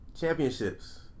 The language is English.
Championships